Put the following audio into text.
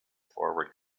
forward